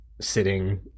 sitting